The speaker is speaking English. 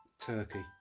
Turkey